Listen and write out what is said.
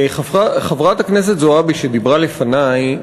חברת הכנסת זוֹעַבי שדיברה לפני,